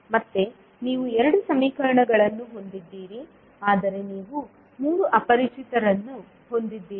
ಮತ್ತೆ ನೀವು 2 ಸಮೀಕರಣಗಳನ್ನು ಹೊಂದಿದ್ದೀರಿ ಆದರೆ ನೀವು 3 ಅಪರಿಚಿತರನ್ನು ಹೊಂದಿದ್ದೀರಿ